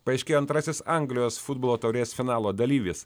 paaiškėjo antrasis anglijos futbolo taurės finalo dalyvis